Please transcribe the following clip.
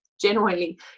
genuinely